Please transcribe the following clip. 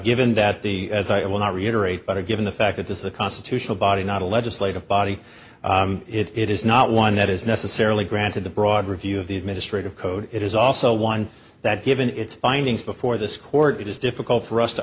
given that the as i will not reiterate but a given the fact that this is a constitutional body not a legislative body it is not one that is necessarily granted the broad review of the administrative code it is also one that given its findings before this court it is difficult for us to